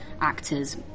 actors